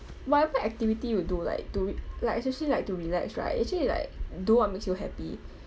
whatever activity you do like to re~ like especially like to relax right actually like do what makes you happy